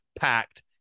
packed